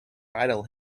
idle